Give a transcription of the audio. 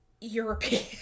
european